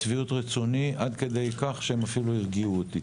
שביעות רצוני עד כדי כך שהם אפילו הרגיעו אותי,